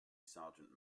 sergeant